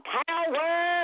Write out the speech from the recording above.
power